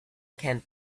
can’t